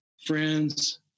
friends